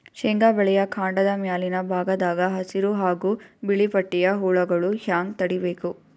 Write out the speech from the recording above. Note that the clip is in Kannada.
ಶೇಂಗಾ ಬೆಳೆಯ ಕಾಂಡದ ಮ್ಯಾಲಿನ ಭಾಗದಾಗ ಹಸಿರು ಹಾಗೂ ಬಿಳಿಪಟ್ಟಿಯ ಹುಳುಗಳು ಹ್ಯಾಂಗ್ ತಡೀಬೇಕು?